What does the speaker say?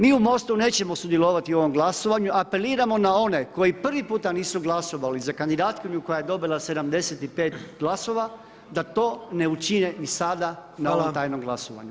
Mi u MOST-u nećemo sudjelovati u ovom glasovanju, apeliramo na one koji prvi puta nisu glasovali za kandidatkinju koja je dobila 75 glasova da to ne učine ni sada na ovom tajnom glasovanju.